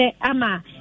Ama